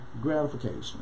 gratification